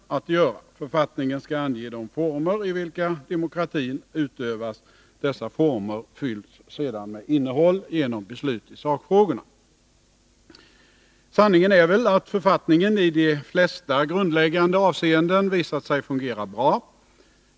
Författningen skall ange de former i vilka demokratin utövas. Dessa former fylls sedan med innehåll genom beslut i sakfrågor. Sanningen är väl att författningen i de flesta grundläggande avseenden visat sig fungera bra.